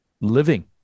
living